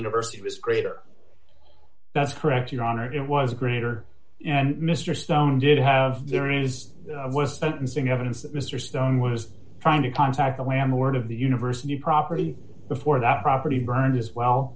university was greater that's correct your honor it was greater and mr stone did have there is with sentencing evidence that mr stone was trying to contact the landlord of the university property before that property burned as well